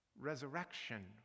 resurrection